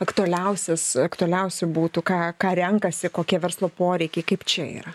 aktualiausias aktualiausia būtų ką ką renkasi kokie verslo poreikiai kaip čia yra